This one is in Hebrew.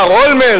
מר אולמרט?